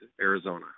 Arizona